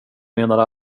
menade